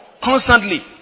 constantly